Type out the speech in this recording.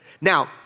Now